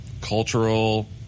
cultural